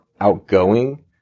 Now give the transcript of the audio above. outgoing